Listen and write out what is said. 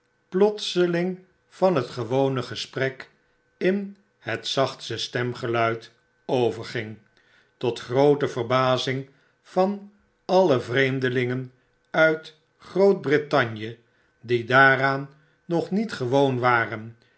plotseling van het gewone gesprek in het zachtste stemgeluid overling tot groote verbazing van alle vreemdelingen uit groot-brittanje die daaraan nog niet gewoon waren